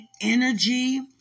energy